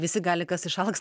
visi gali kas išalks